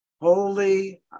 Holy